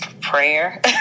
prayer